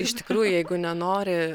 iš tikrųjų jeigu nenori